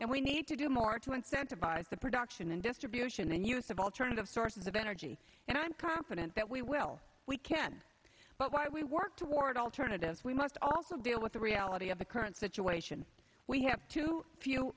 and we need to do more to incentivize the production and distribution and use of alternative sources of energy and i'm confident that we will we can but while we work toward alternatives we must also deal with the reality of the current situation we have too